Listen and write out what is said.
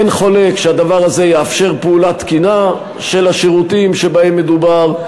אין חולק שהדבר הזה יאפשר פעולה תקינה של השירותים שבהם מדובר,